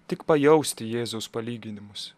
tik pajausti jėzaus palyginimus